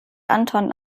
anton